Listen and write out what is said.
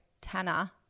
Tana